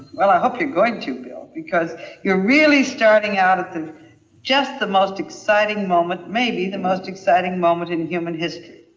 well, i hope you're to, bill, because you're really starting out at and just the most exciting moment, maybe the most exciting moment in human history.